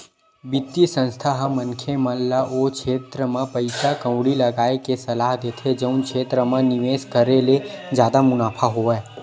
बित्तीय संस्था ह मनखे मन ल ओ छेत्र म पइसा कउड़ी लगाय के सलाह देथे जउन क्षेत्र म निवेस करे ले जादा मुनाफा होवय